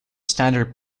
standard